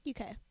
UK